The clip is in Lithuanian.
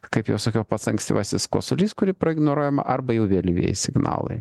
kaip juos pats ankstyvasis kosulys kurį praignoruojama arba jau vėlyvieji signalai